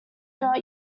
are